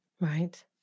Right